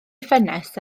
ffenest